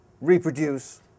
reproduce